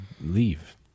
leave